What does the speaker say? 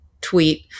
tweet